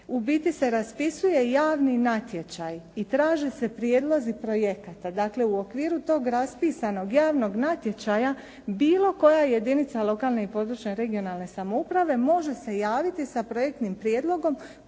U biti se raspisuje javni natječaj i traže se prijedlozi projekata, dakle u okviru tog raspisanog javnog natječaja, bilo koja jedinica lokalne i područne (regionalne) samouprave može se javiti sa projektnim prijedlogom